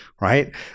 right